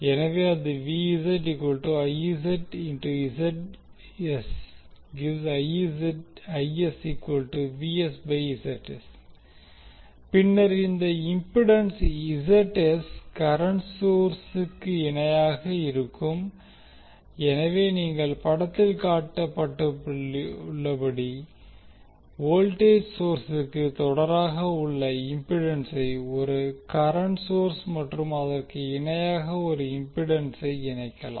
எனவே பின்னர் இந்த இம்பிடென்ஸ் Zs கரண்ட்சோர்ஸ்க்கு இணையாக இருக்கும் எனவே நீங்கள் படத்தில் காட்டப்பட்டுள்ளபடி வோல்டேஜ் சொர்ஸுக்கு தொடராக உள்ள இம்பிடன்ஸை ஒரு கரண்ட் சோர்ஸ் மற்றும் அதற்கு இணையாக ஒரு இம்பிடன்ஸை இணைக்கலாம்